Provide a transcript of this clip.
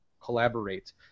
collaborate